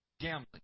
gambling